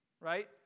right